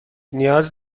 نیاز